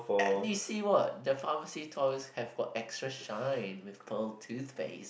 let me see what the pharmacy toys have got extra shine with pearl toothpaste